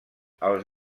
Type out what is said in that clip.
els